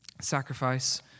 sacrifice